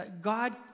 God